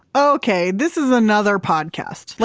okay, this is another podcast. like